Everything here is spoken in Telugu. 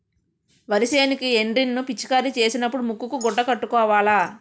వరి సేనుకి ఎండ్రిన్ ను పిచికారీ సేసినపుడు ముక్కుకు గుడ్డ కట్టుకోవాల